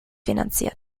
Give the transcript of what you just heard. finanziert